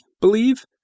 believe